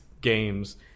games